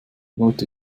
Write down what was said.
leute